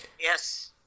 Yes